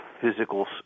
physical